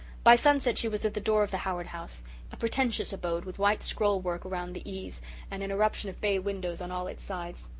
by sunset she was at the door of the howard house a pretentious abode, with white scroll-work round the eaves and an eruption of bay-windows on all its sides.